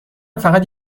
فقط